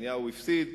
שנתניהו הפסיד,